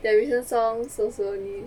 their recent songs so-so only